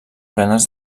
plenes